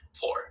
four